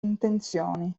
intenzioni